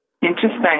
Interesting